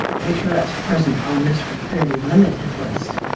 make sure that's present on this fairly limited list.